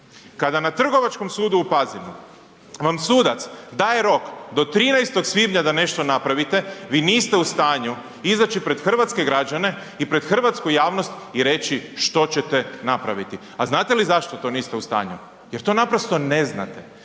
kada na Trgovačkom sudu u Pazinu vam sudac daje rok do 13. svibnja da nešto napravite, vi niste u stanju izaći pred hrvatske građane i pred hrvatsku javnost i reći što ćete napraviti. A znate li zašto to niste u stanju? Jer to naprosto ne znate.